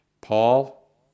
Paul